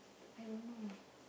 I don't know eh